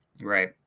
Right